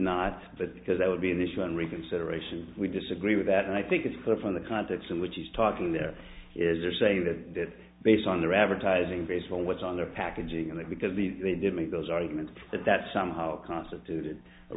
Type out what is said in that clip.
not but because that would be an issue on reconsideration we disagree with that and i think it's clear from the context in which he's talking there is you're saying that that based on their advertising based on what's on their packaging and that because the they did make those arguments that that somehow constituted a